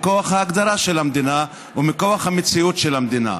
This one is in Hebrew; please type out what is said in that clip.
מכוח ההגדרה של המדינה ומכוח המציאות של המדינה.